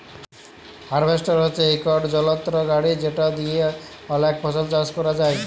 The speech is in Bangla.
হার্ভেস্টর হছে ইকট যলত্র গাড়ি যেট দিঁয়ে অলেক ফসল চাষ ক্যরা যায়